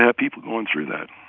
ah people going through that.